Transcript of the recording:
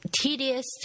tedious